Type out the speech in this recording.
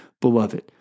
beloved